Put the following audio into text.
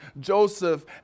Joseph